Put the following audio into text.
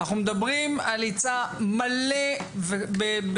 אנחנו מדברים על יציע מלא באנשים,